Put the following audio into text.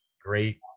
great